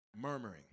Murmuring